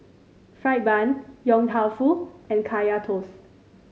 fried bun Yong Tau Foo and Kaya Toast